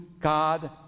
God